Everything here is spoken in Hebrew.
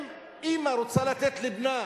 אם אמא רוצה לתת לבנה